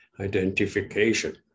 identification